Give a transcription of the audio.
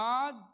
God